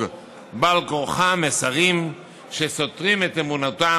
בעל כורחם מסרים הסותרים את אמונתם".